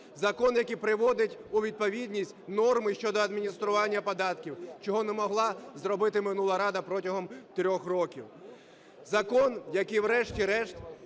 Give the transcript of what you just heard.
Закон, який приводить у відповідність норми щодо адміністрування податків. Чого не могла зробити минула Рада протягом 3 років. Закон, який врешті-решт